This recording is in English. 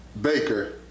baker